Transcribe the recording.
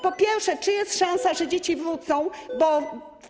Po pierwsze, czy jest szansa, że dzieci wrócą do szkół?